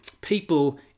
people